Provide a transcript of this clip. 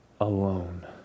alone